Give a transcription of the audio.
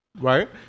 right